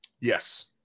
yes